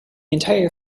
entire